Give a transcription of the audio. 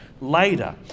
later